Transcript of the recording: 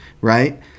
right